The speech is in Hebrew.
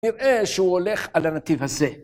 נראה שהוא הולך על הנתיב הזה.